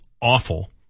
awful